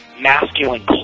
masculine